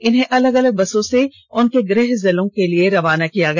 इन्हें अलग अलग बसों से उनके गृह जिलों के लिए रवाना किया गया